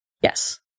Yes